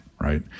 right